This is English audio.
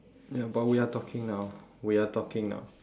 ya but we are talking now we are talking now